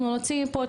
אנחנו נוציא מפה,